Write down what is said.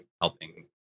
helping